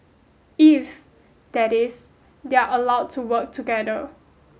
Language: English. if that is they are allowed to work together